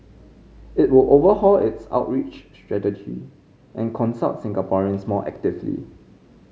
it would overhaul its outreach strategy and consult Singaporeans more actively